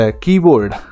keyboard